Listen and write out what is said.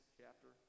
chapter